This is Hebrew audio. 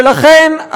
ולכן,